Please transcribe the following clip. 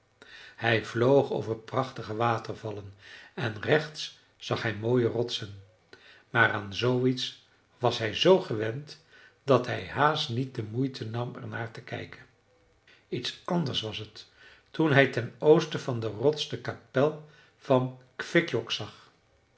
hij vloog over prachtige watervallen en rechts zag hij mooie rotsen maar aan zooiets was hij zoo gewend dat hij haast niet de moeite nam er naar te kijken iets anders was het toen hij ten oosten van de rots de kapel van kvickjock zag